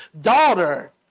daughter